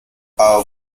all